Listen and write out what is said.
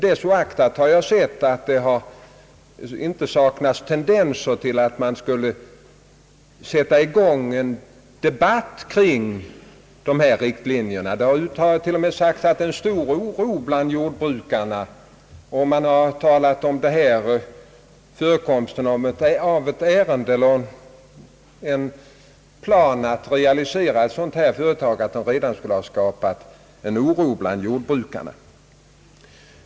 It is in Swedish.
Det oaktat vet vi att det inte saknats tendenser till en debatt kring de här riktlinjerna. Man har till och med sagt att det finns en stor oro bland jordbrukarna; förekomsten av en plan för att realisera ett sådant här företag skulle redan ha skapat en oro bland jordbrukarna.